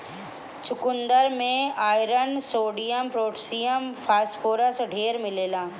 चुकन्दर में iron, sodium, potassium, phosphorus ढेर मिलेला